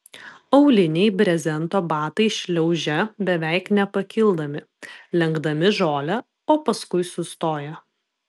auliniai brezento batai šliaužia beveik nepakildami lenkdami žolę o paskui sustoja